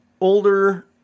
older